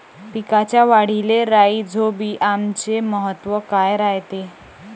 पिकाच्या वाढीले राईझोबीआमचे महत्व काय रायते?